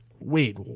wait